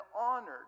honored